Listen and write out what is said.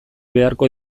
beharko